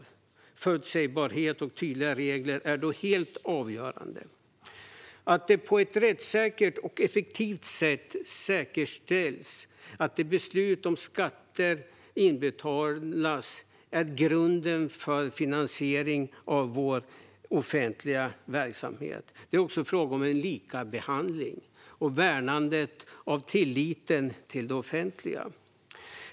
Då är förutsebarhet och tydliga regler helt avgörande. Att på ett rättssäkert och effektivt sätt säkerställa att beslutade skatter inbetalas är grunden för finansieringen av vår offentliga verksamhet. Det är också en fråga om likabehandling och värnandet av tilliten till det offentliga.